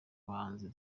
bahanzi